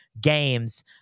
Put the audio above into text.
games